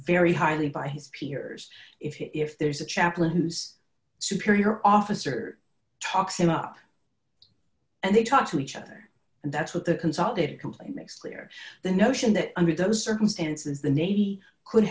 very highly by his peers if there's a chaplain who's superior officer talks him up and they talk to each other and that's what the consolidated complaint makes clear the notion that under those circumstances the navy could